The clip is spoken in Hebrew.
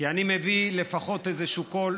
כי אני מביא לפחות איזשהו קול,